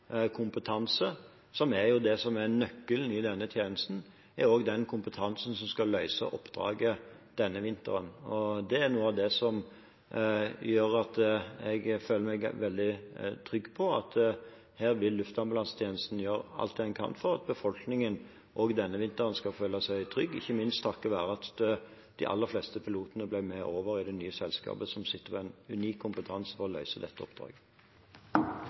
kompetanse, som er det som er nøkkelen i denne tjenesten, også er den kompetansen som skal løse oppdraget denne vinteren. Det er noe av det som gjør at jeg føler meg veldig trygg på at Luftambulansetjenesten her vil gjøre alt den kan for at befolkningen også denne vinteren skal føle seg trygg, ikke minst takket være at de aller fleste pilotene som sitter med en unik kompetanse til å løse dette oppdraget, ble med over i det nye selskapet.